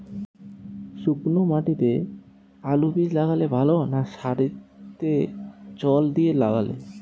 শুক্নো মাটিতে আলুবীজ লাগালে ভালো না সারিতে জল দিয়ে লাগালে ভালো?